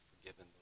forgiven